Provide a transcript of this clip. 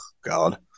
God